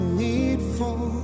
needful